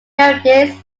meredith